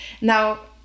Now